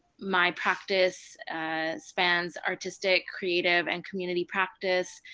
my practice spans artistic, creative, and community practice.